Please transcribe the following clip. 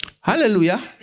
Hallelujah